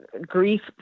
grief